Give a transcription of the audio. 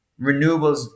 Renewables